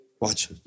Watch